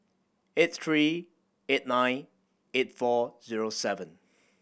eight three eight nine eight four zero seven